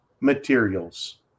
materials